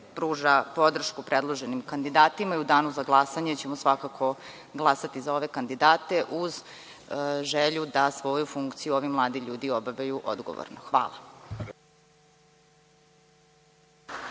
pruža podršku predloženim kandidatima i u danu za glasanje svakako ćemo glasati za ove kandidate uz želju da svoju funkciju ovi mladi ljudi obavljaju odgovorno. Hvala